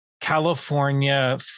California